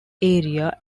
area